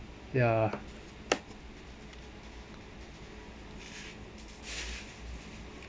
ya